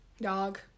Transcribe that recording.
Dog